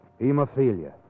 hemophilia